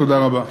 תודה רבה.